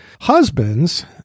Husbands